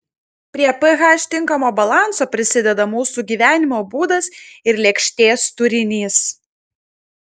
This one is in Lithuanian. prie ph tinkamo balanso prisideda mūsų gyvenimo būdas ir lėkštės turinys